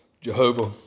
Jehovah